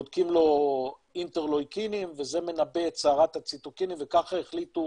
בודקים לו אינטרלויקינים וזה מנבא את סערת הציטוקינים וכך החליטו